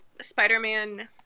Spider-Man